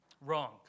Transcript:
Wrong